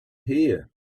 here